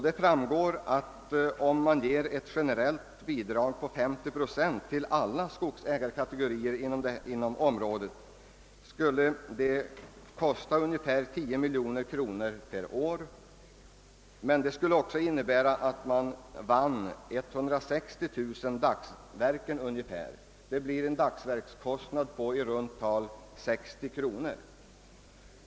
Det fram Sår av dessa, att ett generellt bidrag på 50 procent till alla skogsägarkategorier inom området skulle kosta ungefär 10 miljoner kronor per år, men detta skulle också medföra en ökad sysselsättning på ungefär 160 000 dagsverken — det blir en kostnad per dagsverke på i runt tal 60 kronor.